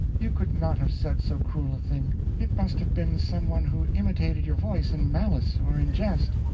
you could not have said so cruel a thing. it must have been some one who imitated your voice in malice or in jest.